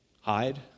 hide